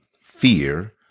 fear